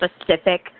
specific